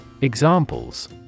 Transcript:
Examples